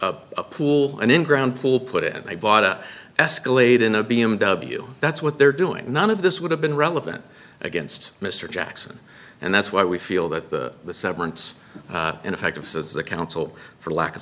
had a pool and in ground pool put it i bought a escalate in a b m w that's what they're doing none of this would have been relevant against mr jackson and that's why we feel that the severance ineffective says the counsel for lack of